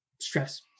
stress